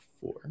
four